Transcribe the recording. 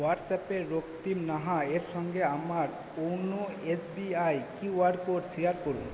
হোয়াটসঅ্যাপে রক্তিম নাহা এর সঙ্গে আমার YONO S B I Q R code share করুন